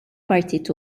partit